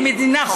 היא מדינת חוק,